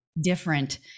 different